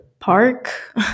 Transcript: park